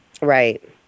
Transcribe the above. Right